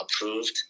approved